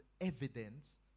evidence